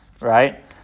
Right